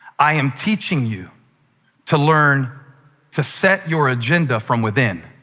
i am teaching you to learn to set your agenda from within,